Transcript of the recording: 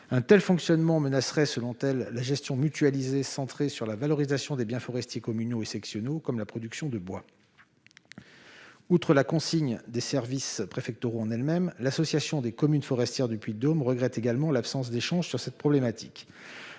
Un tel fonctionnement menacerait, selon elles, la gestion mutualisée centrée sur la valorisation des biens forestiers communaux et sectionaux comme la production de bois. Outre la consigne des services préfectoraux en elle-même, l'Association des communes forestières du Puy-de-Dôme regrette également l'absence d'échange sur cette problématique.